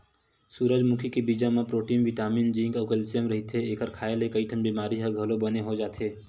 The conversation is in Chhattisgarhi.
सूरजमुखी के बीजा म प्रोटीन बिटामिन जिंक अउ केल्सियम रहिथे, एखर खांए ले कइठन बिमारी ह घलो बने हो जाथे